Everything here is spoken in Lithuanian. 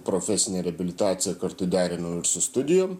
profesinę reabilitaciją kartu derinau ir su studijom